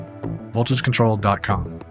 VoltageControl.com